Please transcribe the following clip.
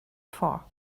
for